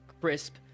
crisp